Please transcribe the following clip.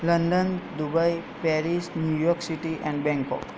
London Dubai Paris New York City and bang coke